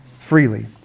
freely